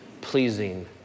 pleasing